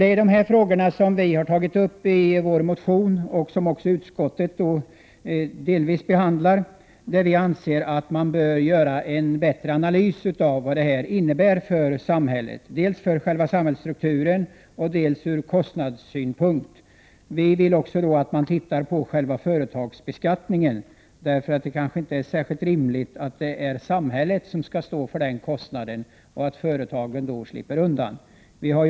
Det är denna fråga som vi från centerpartiet har tagit upp i en motion, som utskottet delvis har behandlat. Vi anser att det bör göras en bättre analys av vad systemet innebär för samhället, dels för själva samhällsstrukturen, dels ur kostnadssynpunkt. Vi vill också att man tittar på företagsbeskattningen, då det inte är särskilt rimligt att samhället står för kostnaden och företagen slipper undan.